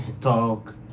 talk